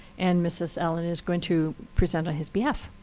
and mrs. allen is going to present on his behalf.